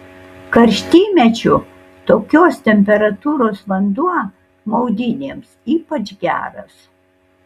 karštymečiu tokios temperatūros vanduo maudynėms ypač geras